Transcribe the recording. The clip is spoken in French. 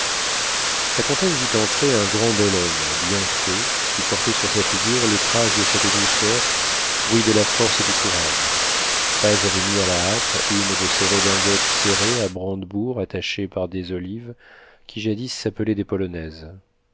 la comtesse vit entrer un grand bel homme bien fait qui portait sur sa figure les traces de cette douceur fruit de la force et du courage paz avait mis à la hâte une de ces redingotes serrées à brandebourgs attachés par des olives qui jadis s'appelaient des polonaises